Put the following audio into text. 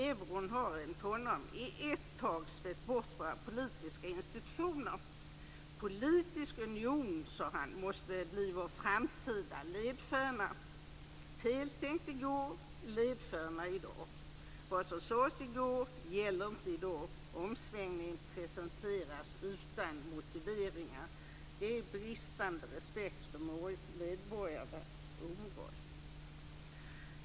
Euron har enligt honom i ett tag svept bort våra politiska institutioner. "Politisk union måste bli vår framtida ledstjärna", sade Fischer. Feltänkt i går är ledstjärna i dag. Vad som sades i går gäller inte i dag. Omsvängningen presenteras utan motiveringar. Det är bristande respekt för medborgarna. Det är omoral.